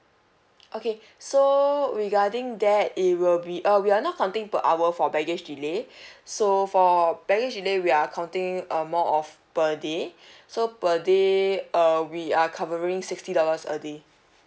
okay so regarding that it will be uh we are not counting per hour for baggage delay so for baggage delay we are counting um more of per day so per day err we are covering sixty dollars a day